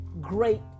great